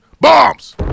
Bombs